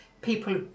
people